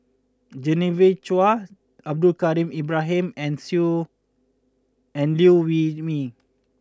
Genevieve Chua Abdul Kadir Ibrahim and and Liew Wee Mee